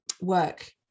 work